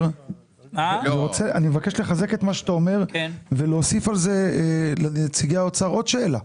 אני מבקש לחזק את מה שאתה אומר ולהוסיף לנציגי האוצר עוד שאלה.